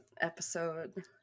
episode